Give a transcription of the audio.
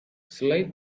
slide